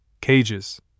cages